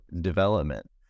development